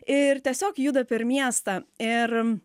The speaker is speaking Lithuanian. ir tiesiog juda per miestą ir